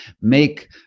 make